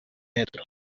metro